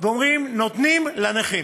ואומרים: נותנים לנכים.